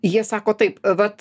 jie sako taip vat